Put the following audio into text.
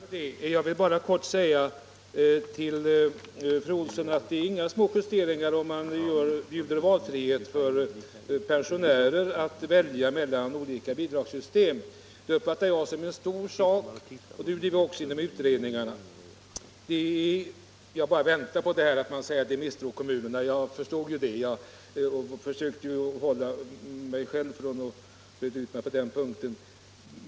Herr talman! Jag vill bara kort säga till fru Olsson i Hölö att det innebär inga små justeringar om man erbjuder valfrihet för pensionärer att välja mellan olika bidragssystem. Det uppfattar jag som en stor sak, och det gjorde man också inom utredningarna. Jag väntade mig just invändningen om misstro mot kommuner. Jag försökte själv avhålla mig från att breda ut mig på den punkten.